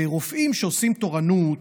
רופאים שעושים תורנות